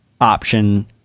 option